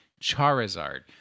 charizard